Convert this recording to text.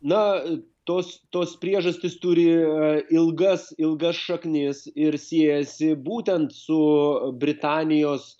na tos tos priežastys turi ilgas ilgas šaknis ir siejasi būtent su britanijos